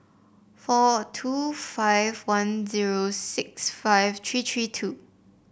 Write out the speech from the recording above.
four two five one zero six five three three two